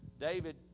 David